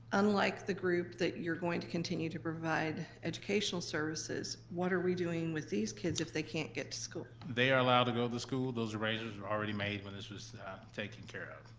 unlike the group that you're going to continue to provide educational services. what are we doing with these kids if they can't get to school? they are allowed to go to the school. those arrangements were already made when this was taken care of.